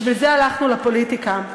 בשביל זה הלכנו לפוליטיקה.